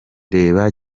reba